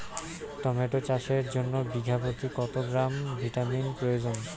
Tomato চাষের জন্য বিঘা প্রতি কত গ্রাম ভিটামিন প্রয়োজন?